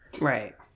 right